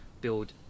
build